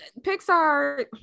pixar